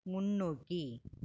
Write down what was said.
முன்னோக்கி